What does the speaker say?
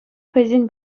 хӑйсен